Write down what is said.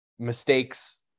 Mistakes